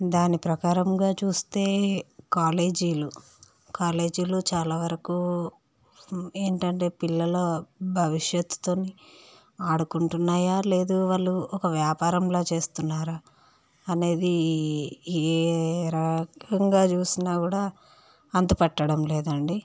దాని ప్రకారముగా చూస్తే కాలేజీలు కాలేజీల్లో చాలావరకు ఏంటంటే పిల్లల భవిష్యత్తుతోని ఆడుకుంటున్నాయా లేదు ఒక వ్యాపారంలా చేస్తున్నారా అనేది ఏ రకంగా చూసినా కూడా అంతు పట్టడం లేదండి